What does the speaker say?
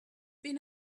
been